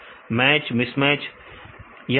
विद्यार्थी match mismatch और 0